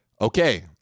Okay